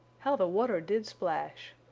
how the water did splash!